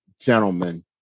gentlemen